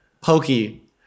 Pokey